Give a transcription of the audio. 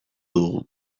dugu